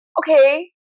okay